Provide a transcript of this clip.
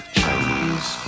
Chinese